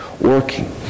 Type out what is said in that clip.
working